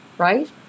Right